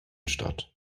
statt